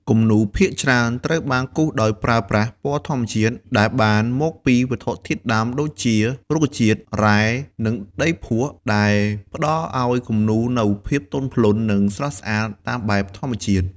គំនូរភាគច្រើនត្រូវបានគូរដោយប្រើប្រាស់ពណ៌ធម្មជាតិ ដែលបានមកពីវត្ថុធាតុដើមដូចជារុក្ខជាតិ រ៉ែ និងដីភក់ ដែលផ្តល់ឱ្យគំនូរនូវភាពទន់ភ្លន់ និងស្រស់ស្អាតតាមបែបធម្មជាតិ។